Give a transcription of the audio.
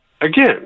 again